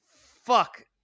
fuck